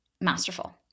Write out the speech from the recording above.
masterful